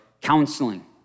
counseling